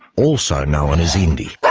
also known as indy.